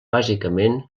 bàsicament